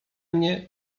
mnie